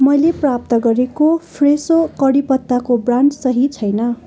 मैले प्राप्त गरेको फ्रेसो कढीपत्ताको ब्रान्ड सही छैन